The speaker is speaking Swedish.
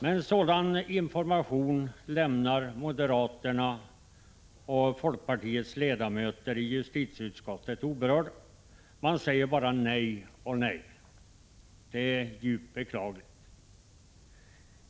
Men sådan information lämnar moderaternas och folkpartiets ledamöter i justitieutskottet oberörda. Man säger bara nej och nej. Det är djupt beklagligt.